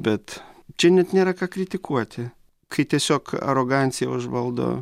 bet čia net nėra ką kritikuoti kai tiesiog arogancija užvaldo